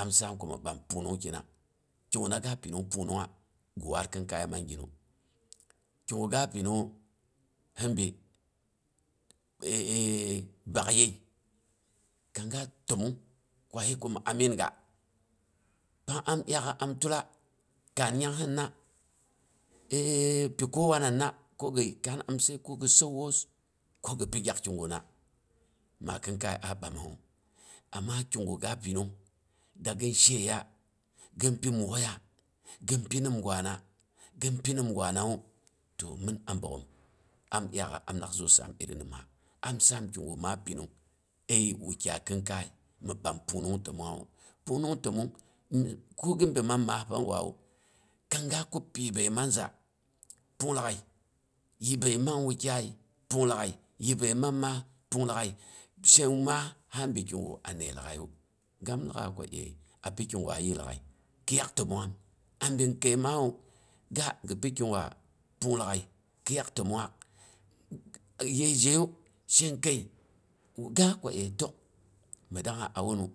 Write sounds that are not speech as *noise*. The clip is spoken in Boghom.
Am saam kom ɓam pungnungkina, kiguna ga pinung gi waar kin kaiya ma ginu. kigu ga pinungngu hi ɓi *hesitation* bakyəi kang ga təmong ko he ko mi aminginga, pang am dyaak'a am tula, kass nyangsɨna, pi kowanana gi kaan amsai ko gi səuwoos *hesitation* pi kowananna kogi kaan amsai ko gi sən woos, ko gi bi gyak kiguna ma kinkai a bamangngu. Amma kiga ga pinung dagin sheyeya, gin pi mok'oiya, gin pi nimgwam gin pi nimgwanawu. To mɨn a bogghom, am dyaak'a am lak zu saamang iri nimsa. Am saan kigu ma pinung əəi wukyai kinkai mi bam pungnung təmongngawu, pungnung təmong ko ginn dəm maa maas panggwam kang ga kab pi yibəi man za, punglag'ai, yibəiman wukyai, punglag'ai, yibəi man maah, punglag'ai, shea maas ha ɓi kigu a dai lag'aiya, gam lak'an ko əi, api kigwa yiiya lag'ai, kɨiyak təmongngam a bin kəi maa wu ga gi pi kigwa pung lag'ai kɨiyaa təmong ngaan. Yəi zheyu shen kəi, to ga ko əi tək mi dangna a wunu,